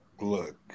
look